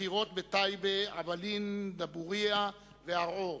בחירות בטייבה, אעבלין, דבורייה וערוער.